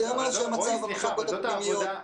יותר מאשר מצב המחלקות הפנימיות.